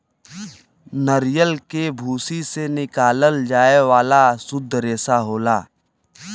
नरियल के भूसी से निकालल जाये वाला सुद्ध रेसा होला